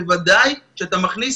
בוודאי כשאתה מכניס